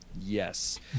Yes